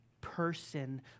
person